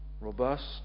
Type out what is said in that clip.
robust